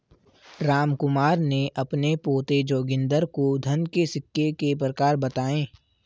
रामकुमार ने अपने पोते जोगिंदर को धन के सिक्के के प्रकार बताएं